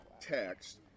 text